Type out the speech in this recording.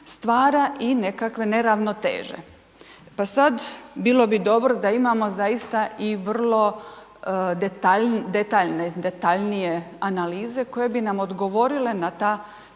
stvara i nekakve neravnoteže. Pa sad, bilo bi dobro da imamo zaista i vrlo detaljnije, detaljne, detaljnije analize koje bi nam odgovorile na ta